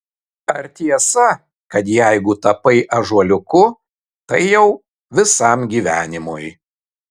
ar tiesa kad jeigu tapai ąžuoliuku tai jau visam gyvenimui